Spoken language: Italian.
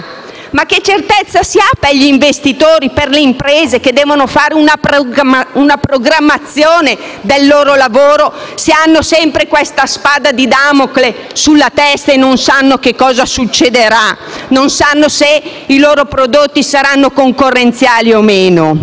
Ma che certezze hanno gli investitori e le imprese che devono fare una programmazione del loro lavoro, se hanno sempre una spada di Damocle sulla testa, non sanno che cosa succederà e se i loro prodotti saranno concorrenziali o meno?